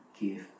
give